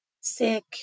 sick